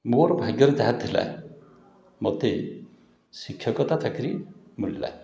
ମୋର ଭାଗ୍ୟରେ ଯାହା ଥିଲା ମୋତେ ଶିକ୍ଷକତା ଚାକିରି ମିଳିଲା